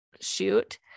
shoot